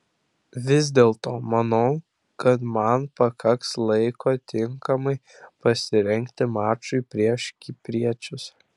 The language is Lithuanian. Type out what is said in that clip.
vis dėlto manau kad man pakaks laiko tinkamai pasirengti mačui prieš kipriečius